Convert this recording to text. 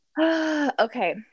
Okay